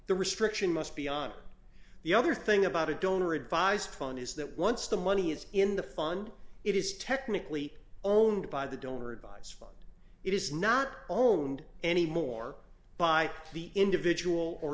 the restriction must be on the other thing about a donor advised fund is that once the money is in the fund it is technically owned by the donor advise fund it is not owned anymore by the individual or